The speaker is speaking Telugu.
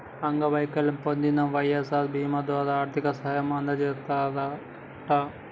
అంగవైకల్యం పొందిన వై.ఎస్.ఆర్ బీమా ద్వారా ఆర్థిక సాయం అందజేస్తారట